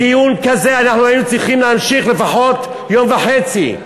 בדיון כזה אנחנו היינו צריכים להמשיך לפחות יום וחצי,